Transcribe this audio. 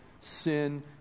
sin